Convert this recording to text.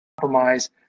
compromise